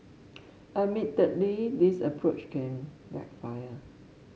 admittedly this approach can backfire